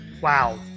Wow